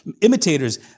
Imitators